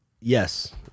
Yes